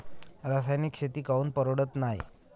रासायनिक शेती काऊन परवडत नाई?